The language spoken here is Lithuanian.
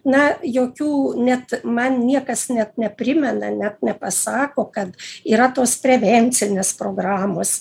na jokių net man niekas net neprimena net nepasako kad yra tos prevencinės programos